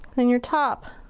than your top.